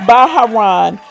Bahrain